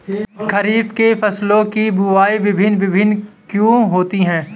खरीफ के फसलों की बुवाई भिन्न भिन्न क्यों होती है?